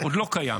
עוד לא קיים.